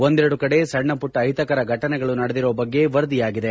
ಒಂದೆರೆಡು ಕಡೆ ಸಣ್ಣ ಪುಟ್ಟ ಅಹಿತಕರ ಫಟನೆಗಳು ನಡೆದಿರುವ ಬಗ್ಗೆ ವರದಿಯಾಗಿದೆ